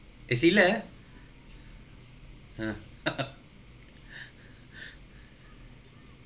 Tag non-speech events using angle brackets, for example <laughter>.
is <laughs>